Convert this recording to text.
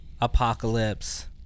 Apocalypse